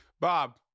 Bob